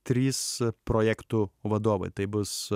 trys projektų vadovai tai bus